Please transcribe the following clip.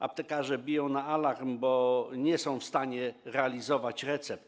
Aptekarze biją na alarm, bo nie są w stanie realizować recept.